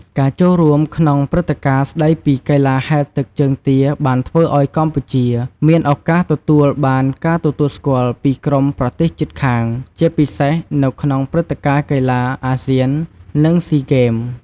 ការចូលរួមក្នុងព្រឹត្តិការណ៍ស្ដីពីកីឡាហែលទឹកជើងទាបានធ្វើឱ្យកម្ពុជា មានឱកាសទទួលបានការទទួលស្គាល់ពីក្រុមប្រទេសជិតខាងជាពិសេសនៅក្នុងព្រឹត្តិការណ៍កីឡា ASEAN និង SEA Games។